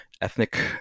ethnic